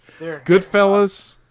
Goodfellas